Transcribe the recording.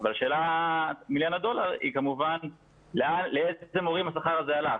אבל שאלת מיליון הדולר היא כמובן לאיזה מורים השכר הזה הלך,